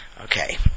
Okay